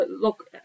look